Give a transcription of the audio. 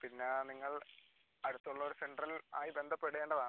പിന്നെ നിങ്ങൾ അടുത്തുള്ള ഒരു സെൻ്ററിൽ ആയി ബന്ധപ്പെടേണ്ടതാണ്